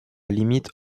limite